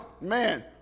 man